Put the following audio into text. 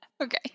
okay